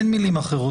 אין מילים אחרות,